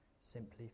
simply